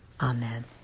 Amen